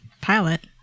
pilot